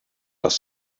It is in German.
das